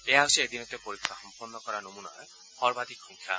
এয়া হৈছে এদিনতে পৰীক্ষা সম্পন্ন কৰা নমুনাৰ সৰ্বাধিক সংখ্যা